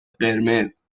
قرمز